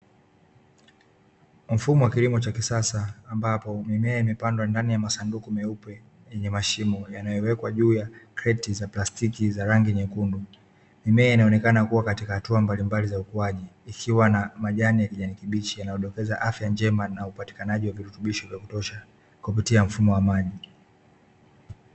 Mfumo wa kilimo cha kisasa ambapo mimea imepandwa ndani ya masanduku meupe yenye mashimo yanayowekwa juu ya kreti za plastiki za rangi nyekundu, mimea inaonekana kuwa katika hatua mbalimbali za ukuaji ikiwa na majani ya kijani kibichi yanayodokeza afya njema na upatikanaji wa virutubisho vya kutosha kupitia mfumo wa maji.